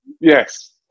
yes